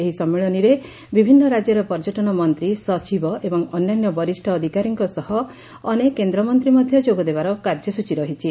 ଏହି ସଞ୍ମିଳନୀରେ ବିଭିନ୍ନ ରାଜ୍ୟର ପର୍ଯ୍ୟଟନ ମନ୍ତୀ ସଚିବ ଏବଂ ଅନ୍ୟାନ୍ୟ ବରିଷ୍ ଅଧିକାରୀଙ୍କ ସହ ଅନେକ କେନ୍ଦ୍ରମନ୍ତୀ ମଧ ଯୋଗଦେବାର କାର୍ଯ୍ୟସ୍ଚୀ ରହିଛି